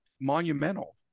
monumental